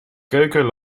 keuken